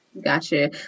Gotcha